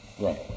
Right